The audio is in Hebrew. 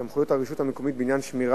סמכויות הרשות המקומית בעניין שמירה